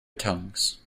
tongues